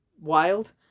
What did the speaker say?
wild